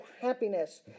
happiness